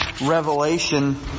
Revelation